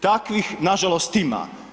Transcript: Takvih nažalost ima.